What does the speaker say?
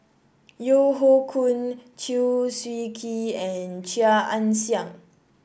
Yeo Hoe Koon Chew Swee Kee and Chia Ann Siang